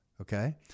Okay